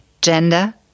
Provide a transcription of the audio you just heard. Gender